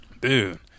Dude